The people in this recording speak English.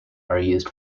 used